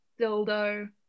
dildo